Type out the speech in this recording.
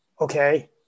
okay